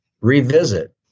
revisit